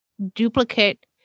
Duplicate